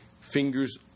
fingers